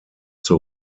zur